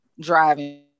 driving